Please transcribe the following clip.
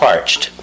Parched